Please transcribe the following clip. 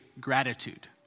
Gratitude